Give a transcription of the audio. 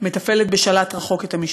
מתפעלת בשלט-רחוק את המשפחה: